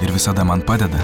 ir visada man padeda